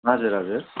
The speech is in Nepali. हजुर हजुर